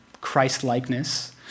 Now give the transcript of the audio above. Christ-likeness